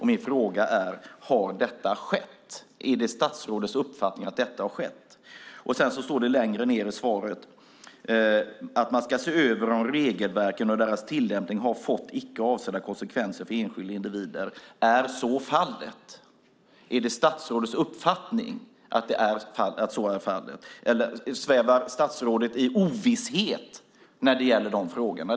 Min fråga är: Har detta skett? Är det statsrådets uppfattning att detta har skett? Längre ned i svaret står det att man ska se över om regelverken och deras tillämpning har fått icke avsedda konsekvenser för enskilda individer. Är så fallet? Är det statsrådets uppfattning att så är fallet, eller svävar statsrådet i ovisshet när det gäller dessa frågor?